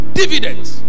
dividends